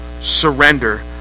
surrender